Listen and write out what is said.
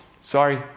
Sorry